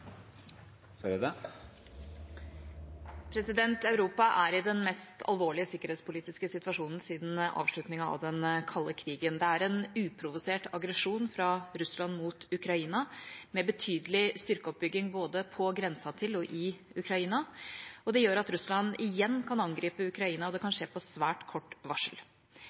Europa er i den mest alvorlige sikkerhetspolitiske situasjonen siden avslutningen av den kalde krigen. Det er en uprovosert aggresjon fra Russland mot Ukraina med betydelig styrkeoppbygging både på grensa til og i Ukraina. Det gjør at Russland igjen kan angripe Ukraina, og det kan skje på svært kort varsel.